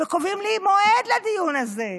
קובעים לי מועד לדיון הזה.